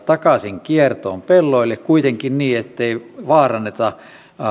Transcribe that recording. takaisin kiertoon pelloille kuitenkin niin ettei vaaranneta